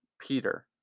Peter